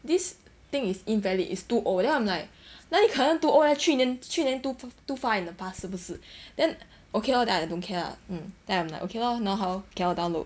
this thing is invalid is too old then I'm like 那里可能 too old 去年去年 too far too far in the past 是不是 then okay lor then I don't care lah mm then I'm like okay lor now how cannot download